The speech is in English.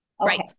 right